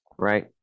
Right